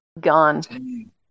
Gone